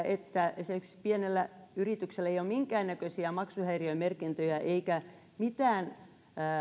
että esimerkiksi pienellä yrityksellä ei ole minkäännäköisiä maksuhäiriömerkintöjä eikä mitään